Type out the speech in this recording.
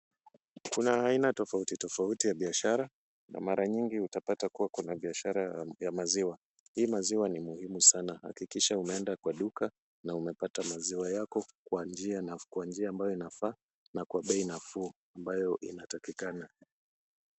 Kuna aina tofauti tofauti ya biashara na mara nyingi utapata kuwa kuna biashara ya maziwa. Hii maziwa ni muhimu sana. Hakikisha umeenda kwa duka na umepata maziwa yako kwa njia ambayo inafaa na kwa bei nafuu ambayo inatakikana.